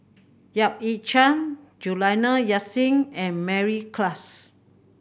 Yap Ee Chian Juliana Yasin and Mary Klass